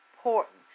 important